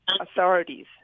authorities